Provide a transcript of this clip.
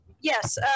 Yes